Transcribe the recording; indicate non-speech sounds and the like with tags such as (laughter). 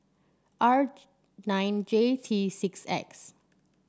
R (hesitation) nine J T six X